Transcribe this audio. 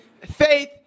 faith